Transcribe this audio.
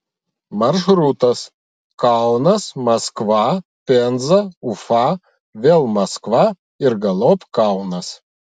maršrutas kaunas maskva penza ufa vėl maskva ir galop kaunas